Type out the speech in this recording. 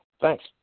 Thanks